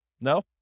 No